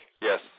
Yes